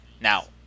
Now